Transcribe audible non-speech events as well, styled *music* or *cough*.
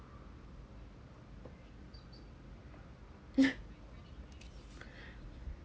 *laughs* *breath*